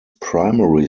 primary